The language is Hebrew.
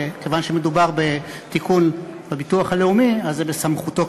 שכיוון שמדובר בתיקון בחוק הביטוח הלאומי אז זה בסמכותו,